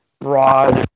broad